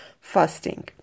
fasting